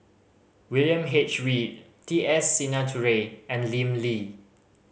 William H Read T S Sinnathuray and Lim Lee